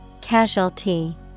Casualty